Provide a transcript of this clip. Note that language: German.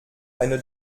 eine